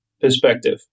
perspective